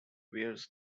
wears